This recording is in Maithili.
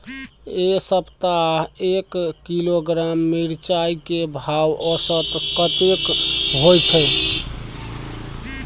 ऐ सप्ताह एक किलोग्राम मिर्चाय के भाव औसत कतेक होय छै?